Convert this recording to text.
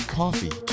coffee